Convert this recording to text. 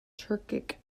turkic